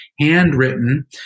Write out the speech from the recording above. handwritten